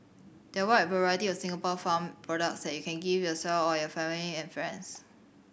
there are a wide variety of Singapore farm products that you can gift yourself or your family and friends